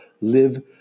live